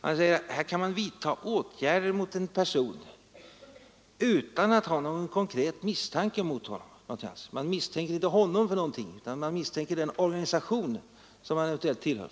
Han säger vidare att man kan vidta åtgärder mot en person utan att ha någon konkret misstanke mot honom; man misstänker inte honom för någonting, utan man misstänker den organisation han tillhör.